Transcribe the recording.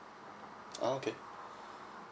oh okay